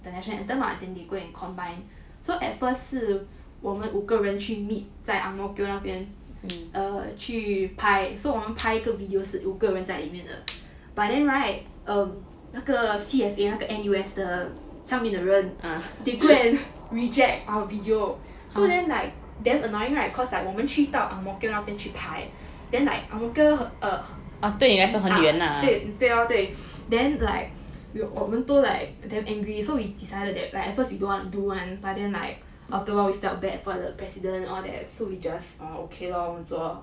the national anthem lah then they go and combine so at first 是我们五个人去 meet 在 ang mo kio 那边 err 去拍 so 我们拍一个 video 是五个人在里面的 but then right um 那个 C_F_A 那个 N_U_S 的上面的人 they go and reject our video so then like damn annoying right cause like 我们去到 ang mo kio 那边去拍 then like ang mo kio err ah 对咯对 then like 我们都 like damn angry so we decided that like at first we don't wanna do [one] but then like after all we felt bad for the president all that so we just um okay lor 做 lor